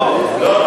לא.